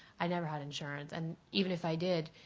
i never had insurance. and even if i did,